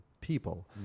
people